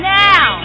now